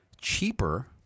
cheaper